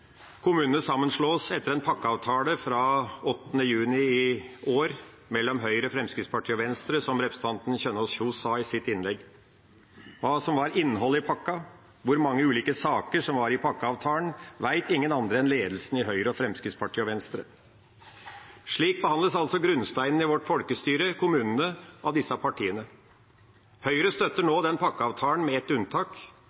Kommunene sammenslås etter en pakkeavtale fra 8. juni i år mellom Høyre, Fremskrittspartiet og Venstre, som representanten Kjønaas Kjos sa i sitt innlegg. Hva som var innholdet i pakka, hvor mange ulike saker som var i pakkeavtalen, vet ingen andre enn ledelsen i Høyre, Fremskrittspartiet og Venstre. Slik behandles altså grunnsteinen i vårt folkestyre, kommunene, av disse partiene. Høyre støtter